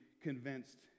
Convinced